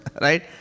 Right